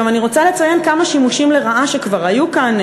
אני רוצה לציין כמה שימושים לרעה שכבר היו כאן,